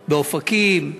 באופקים,